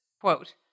quote